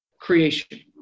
creation